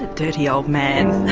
dirty old man!